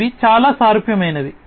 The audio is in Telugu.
కాబట్టి అవి చాలా సారూప్యమైనవి